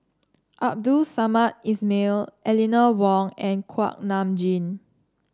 Abdul Samad Ismail Eleanor Wong and Kuak Nam Jin